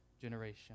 generation